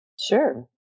Sure